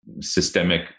systemic